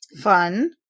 fun